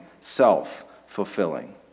self-fulfilling